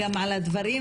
גם על הדברים,